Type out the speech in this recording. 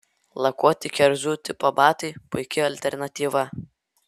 lakuoti kerzų tipo batai puiki alternatyva